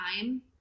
time